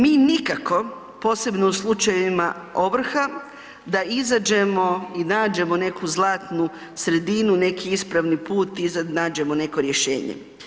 Mi nikako posebno u slučajevima ovrha da izađemo i nađemo neku zlatnu sredinu, neki ispravni put, iznađemo neko rješenje.